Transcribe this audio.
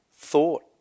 thought